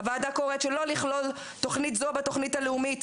הוועדה קוראת שלא לכלול תוכנית זאת בתוכנית הלאומית,